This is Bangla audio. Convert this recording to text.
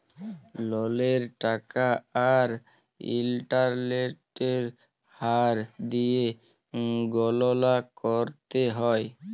ললের টাকা আর ইলটারেস্টের হার দিঁয়ে গললা ক্যরতে হ্যয়